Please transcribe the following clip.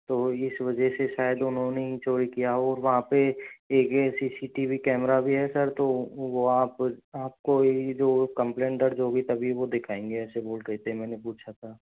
तो इस वजह से शायद उन्होंने ही चोरी किया और वहाँ पे एक सी सी टी वी कैमरा भी है सर तो वो आप आपको ही जो कंप्लेंट दर्ज होगी तभी वो दिखाएंगे ऐसे बोल रहे थे मैंने पूछा था